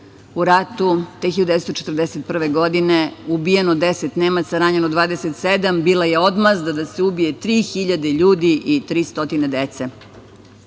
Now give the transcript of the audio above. u ratu te 1941. godine ubijeno 10 Nemaca, ranjeno 27. Bila je odmazda da se ubije 3.000 ljudi i 300